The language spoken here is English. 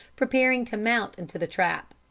preparing to mount into the trap.